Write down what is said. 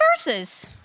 verses